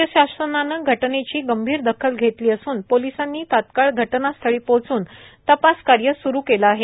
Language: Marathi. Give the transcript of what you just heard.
राज्य शासनाने घटनेची गंभीर दखल घेतली असून पोलिसांनी तात्काळ घटनास्थळी पोहचून तपासकार्य सुरु केले आहे